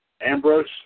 Ambrose